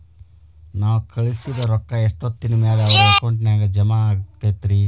ನಾವು ಕಳಿಸಿದ್ ರೊಕ್ಕ ಎಷ್ಟೋತ್ತಿನ ಮ್ಯಾಲೆ ಅವರ ಅಕೌಂಟಗ್ ಜಮಾ ಆಕ್ಕೈತ್ರಿ?